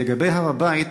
לגבי הר-הבית,